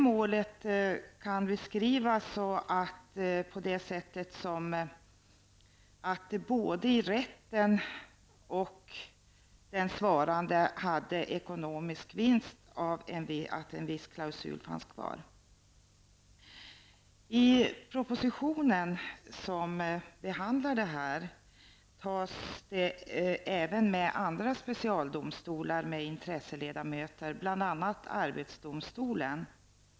Målet kan beskrivas så att både de som ingick i rätten och den svarande hade en ekonomisk vinst av att en viss klausul fanns kvar. I propositionen som behandlar detta tar man även upp andra specialdomstolar med intresseledamöter, bl.a. arbetsdomstolen.